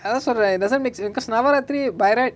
at last it doesn't make sense because laboratory by right